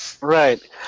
Right